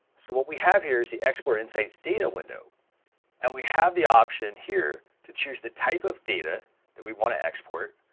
so what we have here is the export insights data window and we have the option here to choose the type of data that we want to export,